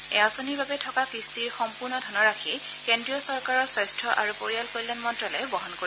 এই আঁচনিৰ বাবে থকা কিস্তিৰ সম্পূৰ্ণ ধনৰাশি কেন্দ্ৰীয় চৰকাৰৰ স্বাস্থ আৰু পৰিয়াল কল্যাণ মন্ত্ৰ্যালয়ে বহন কৰিব